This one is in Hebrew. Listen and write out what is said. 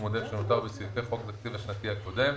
עודף שנותר בסעיפי חוק התקציב השנתי הקודם,